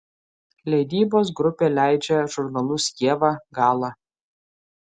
leidybos grupė leidžia žurnalus ieva gala